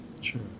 Sure